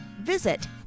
Visit